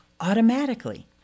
automatically